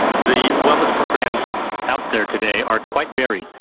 the wellness programs out there today are quite varied.